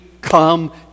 come